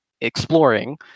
exploring